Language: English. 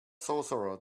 sorcerer